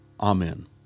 Amen